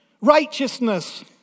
Righteousness